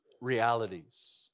realities